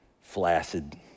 flaccid